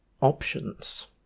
options